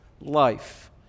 life